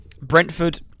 Brentford